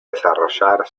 desarrollar